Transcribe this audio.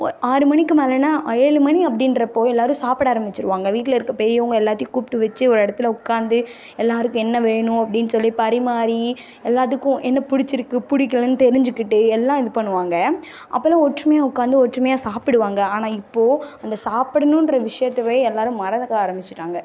ஒரு ஆறுமணிக்கு மேலேனா ஏழு மணி அப்படின்றப்போ எல்லாரும் சாப்பிட ஆரம்பிச்சிடுவாங்க வீட்டில இருக்க பெரியவங்க எல்லாத்தையும் கூப்பிடுவச்சி ஒரு இடத்துல உட்காந்து எல்லாருக்கும் என்ன வேணும் அப்படினு சொல்லி பரிமாறி எல்லாத்துக்கும் என்ன பிடிச்சிருக்கு பிடிக்கலனு தெரிஞ்சிக்கிட்டு எல்லாம் இது பண்ணுவாங்க அப்போலாம் ஒற்றுமையாக உட்காந்து ஒற்றுமையாக சாப்பிடுவாங்க ஆனால் இப்போது அந்த சாப்பிடணுன்ற விஷயத்தயே எல்லாரும் மறக்க ஆரம்பிச்சிட்டாங்க